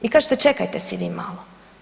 I kažete čekajte si vi malo.